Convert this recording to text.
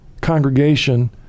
congregation